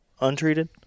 untreated